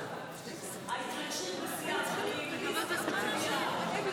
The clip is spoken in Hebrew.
מצביעה יוראי להב הרצנו,